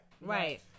Right